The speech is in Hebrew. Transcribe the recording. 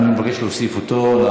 אני מבקש להוסיף אותו.